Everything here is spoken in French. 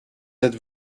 êtes